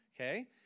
Okay